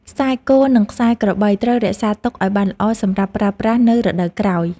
ខ្សែគោ និងខ្សែក្របី ត្រូវរក្សាទុកឱ្យបានល្អសម្រាប់ប្រើប្រាស់នៅរដូវក្រោយ។